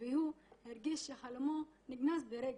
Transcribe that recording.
והיא הרגישה איך חלומו נגנז ברגע.